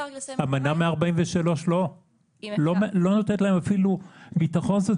אמנה 143 לא נותנת להם אפילו ביטחון סוציאלי.